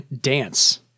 dance